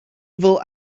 evil